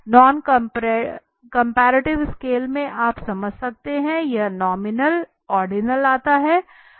non comparative scale में आप समझ सकते की यह नोमिनल ओर्डिनल आता है